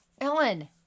Ellen